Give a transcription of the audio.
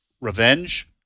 revenge